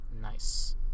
Nice